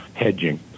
Hedging